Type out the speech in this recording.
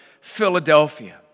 Philadelphia